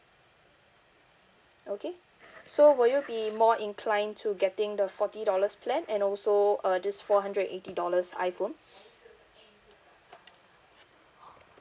okay so will you be more inclined to getting the forty dollars plan and also uh this four hundred and eighty dollars iphone